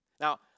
Now